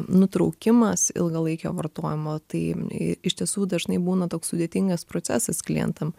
nutraukimas ilgalaikio vartojimo tai iš tiesų dažnai būna toks sudėtingas procesas klientam